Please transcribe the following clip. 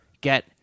get